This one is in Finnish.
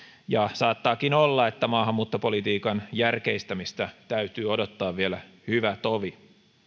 saattaakin olla että maahanmuuttopolitiikan järkeistämistä täytyy odottaa vielä hyvä tovi